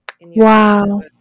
Wow